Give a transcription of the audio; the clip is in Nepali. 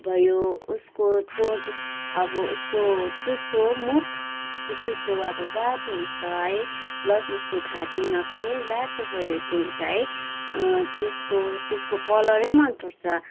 भयो उसको चोँच अब उसको चुच्चो मुख त्यो चुच्चो अब रातो हुन्छ है पल्स उसको घाँटीमा पनि रातो परेको हुन्छ है त्यसको त्यसको कलरै मन पर्छ